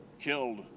killed